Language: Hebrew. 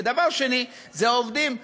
ודבר שני זה העובדים,